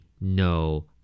No